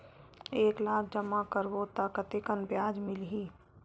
एक लाख जमा करबो त कतेकन ब्याज मिलही?